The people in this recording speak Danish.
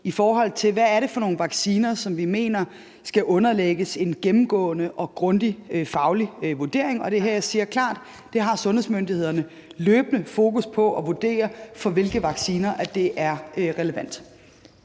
i forhold til hvad det er for nogle vacciner som vi mener skal underlægges en gennemgående og grundig faglig vurdering. Og det er her, jeg siger klart, at sundhedsmyndighederne løbende har fokus på at vurdere, for hvilke vacciner det er relevant.